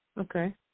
okay